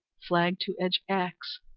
flag to edge axe,